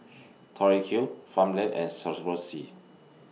Tori Q Farmland and Swarovski